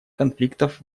конфликтов